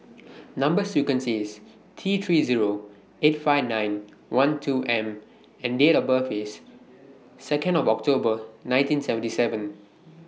Number sequence IS T three Zero eight five nine one two M and Date of birth IS Second of October nineteen seventy seven